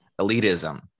elitism